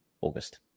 August